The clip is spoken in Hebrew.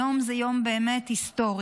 היום זה יום באמת היסטורי.